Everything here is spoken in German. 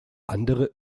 andere